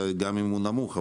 גם אם הוא נמוך,